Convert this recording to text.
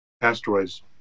asteroids